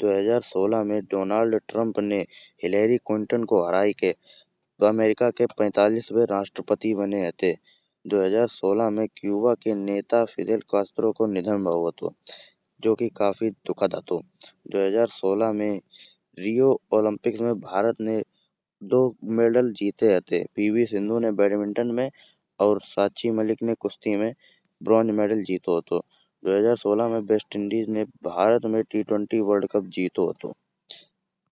दो हजार सोलह में डोनाल्ड ट्रम्प ने हिलरी क्लिंटन को हराये के अमेरिका के पैंतालिस वे राष्ट्रपति बने हते। दो हजार सोलह में केवाचे नेता फिराल को निधन भाव हतो जो कि काफी दुखद हतो। दो हजार सोलह में रियो ओलंपिक में भारत ने दो मेडल जीते हते पीवी सिंधु ने बैडमिंटन में और साक्षी मलिक ने कुश्ती में ब्रॉन्ज मेडल जीतो हतो। दो हजार सोलह में वेस्ट इंडीज ने भारत में टी ट्वेंटी वर्ल्ड कप जीतो हतो।